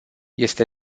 este